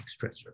stressor